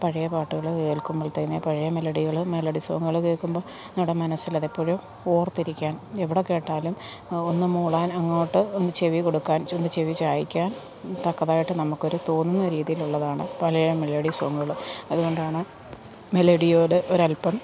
പഴയ പാട്ടുകൾ കേൾക്കുമ്പോൾ തന്നെ പഴയ മെലഡികൾ മെലഡി സോങ്ങുകൾ കേൾക്കുമ്പോൾ നമ്മുടെ മനസ്സിൽ അത് എപ്പോഴും ഓർത്തിരിക്കാൻ എവിടെ കേട്ടാലും ഒന്ന് മൂളാൻ അങ്ങോട്ട് ഒന്ന് ചെവി കൊടുക്കാൻ ഒന്ന് ചെവി ചായ്ക്കാൻ തക്കതായിട്ട് നമുക്കൊരു തോന്നുന്ന രീതിയിൽ ഉള്ളതാണ് പഴയ മെലഡി സോങ്ങുകൾ അതുകൊണ്ടാണ് മെലഡിയോട് ഒരൽപ്പം